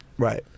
Right